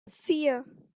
vier